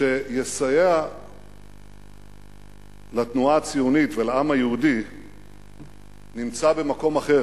שיסייע לתנועה הציונית ולעם היהודי נמצא במקום אחר,